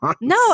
No